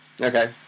Okay